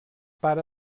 pare